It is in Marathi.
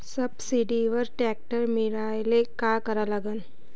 सबसिडीवर ट्रॅक्टर मिळवायले का करा लागन?